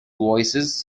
voices